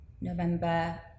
November